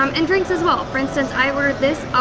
um and drinks as well, for instance i ordered this.